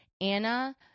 anna